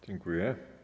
Dziękuję.